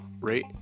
rate